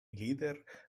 líder